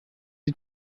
die